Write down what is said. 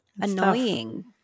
annoying